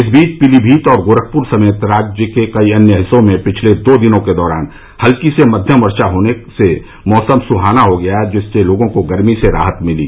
इस बीच पीलीमीत और गोरखपुर समेत राज्य के कई हिस्सों में पिछले दो दिनों के दौरान हल्की से मध्यम वर्षा होने से मौसम सुहाना हो गया जिससे लोगों को गर्मी से राहत मिली